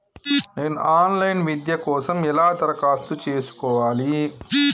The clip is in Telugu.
నేను ఆన్ లైన్ విద్య కోసం ఎలా దరఖాస్తు చేసుకోవాలి?